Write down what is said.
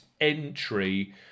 entry